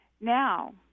Now